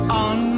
on